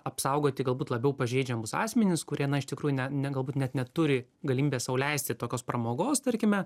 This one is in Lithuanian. apsaugoti galbūt labiau pažeidžiamus asmenis kurie na iš tikrųjų ne ne galbūt net neturi galimybės sau leisti tokios pramogos tarkime